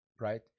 right